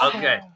Okay